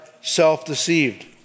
self-deceived